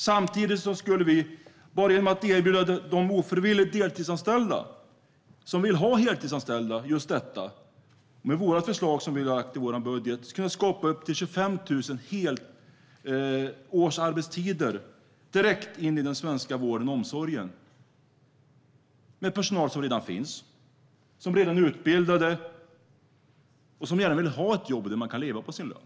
Samtidigt skulle vi bara genom att erbjuda de ofrivilligt deltidsanställda som vill ha heltidsanställningar just detta, med vårt förslag som vi lagt fram i vår budget, kunna skapa upp till 25 000 helårsarbetstider direkt in i den svenska vården och omsorgen. Det skulle ske med personal som redan finns. Det är människor som redan är utbildade och gärna vill ha ett jobb där de kan leva på sin lön.